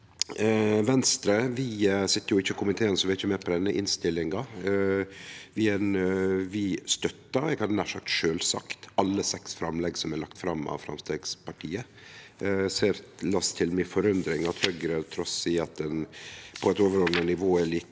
Venstre sit ikkje i komiteen, så vi er ikkje med på denne innstillinga, men vi støttar, eg hadde nær sagt sjølvsagt, alle dei seks framlegga som er lagde fram av Framstegspartiet. Eg las til mi forundring at Høgre, trass i at ein på eit overordna nivå er like